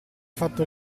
fatto